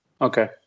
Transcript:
Okay